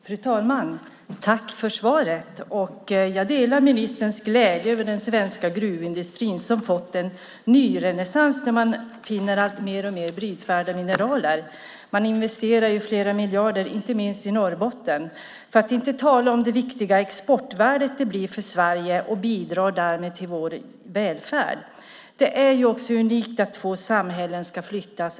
Fru talman! Jag tackar för svaret och delar ministerns glädje över den svenska gruvindustrin som upplever en renässans genom att man finner mer och mer brytvärda mineraler. Det handlar om investeringar på flera miljarder, inte minst i Norrbotten, för att inte tala om det viktiga exportvärde det innebär för Sverige vilket bidrar till vår välfärd. Det är unikt att två samhällen ska flyttas.